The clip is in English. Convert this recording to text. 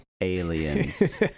aliens